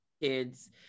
kids